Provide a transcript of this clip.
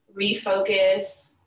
refocus